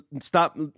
stop